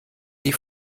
die